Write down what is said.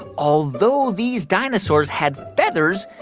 although these dinosaurs had feathers,